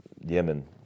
Yemen